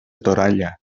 toralla